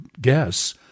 guess